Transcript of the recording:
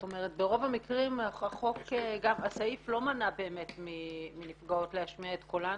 ברוב המקרים הסעיף לא מנע באמת מנפגעות להשמיע את קולן,